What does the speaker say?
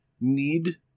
need